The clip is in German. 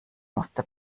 musste